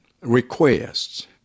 requests